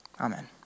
Amen